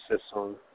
system